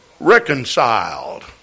Reconciled